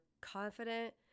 confident